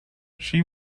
she